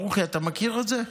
ברוכי, אתה מכיר את זה?